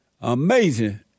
Amazing